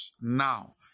now